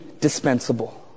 dispensable